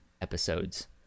episodes